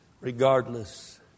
Regardless